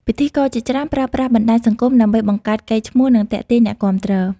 ពិធីករជាច្រើនប្រើប្រាស់បណ្ដាញសង្គមដើម្បីបង្កើតកេរ្តិ៍ឈ្មោះ និងទាក់ទាញអ្នកគាំទ្រ។